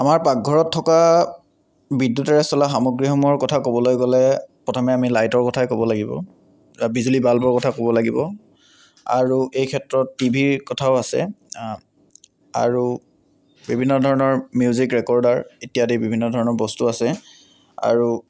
আমাৰ পাকঘৰত থকা বিদ্য়ুতেৰে চলা সামগ্ৰীসমূহৰ কথা ক'বলৈ গ'লে প্ৰথমতে আমি লাইটৰ কথাই ক'ব লাগিব বিজুলী বাল্বৰ কথা ক'ব লাগিব আৰু এই ক্ষেত্ৰত টিভিৰ কথাও আছে আৰু বিভিন্ন ধৰণৰ মিউজিক ৰেকৰ্ডাৰ ইত্যাদি বিভিন্ন ধৰণৰ বস্তু আছে আৰু